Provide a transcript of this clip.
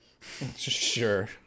Sure